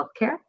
healthcare